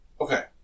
Okay